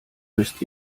müsst